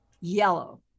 yellow